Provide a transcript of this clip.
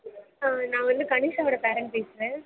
நான் வந்து கனிஷாவோட பேரெண்ட் பேசுகிறேன்